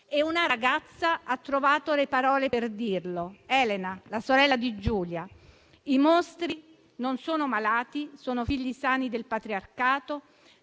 Una ragazza ha trovato le parole per dirlo, Elena, la sorella di Giulia: i mostri non sono malati, sono figli sani del patriarcato,